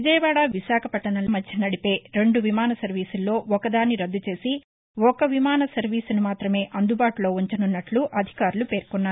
విజయవాడ విశాఖపట్టణం మధ్య నడిపే రెండు విమాన సర్వీసుల్లో ఒకదాన్ని రద్గుచేసి ఒక విమాన సర్వీసును మాత్రమే అందుబాటులో ఉంచనున్నట్లు అధికారులు పేర్కొన్నారు